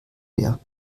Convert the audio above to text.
leer